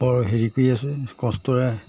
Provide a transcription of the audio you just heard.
বৰ হেৰি কৰি আছোঁ কষ্টৰে